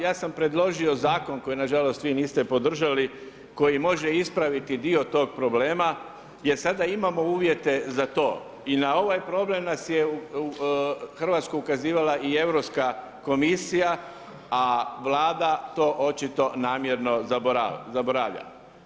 Ja sam predložio Zakon koji nažalost vi niste podržali, koji može ispraviti dio tog problema jer sada imamo uvjete za to i na ovaj problem nas je Hrvatskoj ukazivala i Europska komisija, a Vlada to očito namjerno zaboravlja.